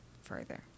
further